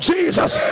Jesus